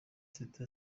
teta